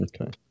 okay